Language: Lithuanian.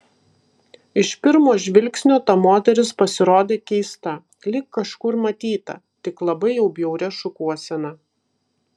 iš pirmo žvilgsnio ta moteris pasirodė keista lyg kažkur matyta tik labai jau bjauria šukuosena